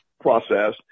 process